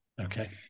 Okay